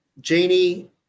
Janie